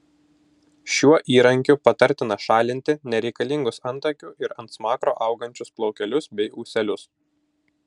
šiuo įrankiu patartina šalinti nereikalingus antakių ir ant smakro augančius plaukelius bei ūselius